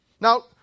Now